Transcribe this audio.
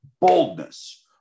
boldness